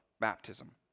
baptism